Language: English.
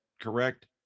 correct